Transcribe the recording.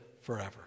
forever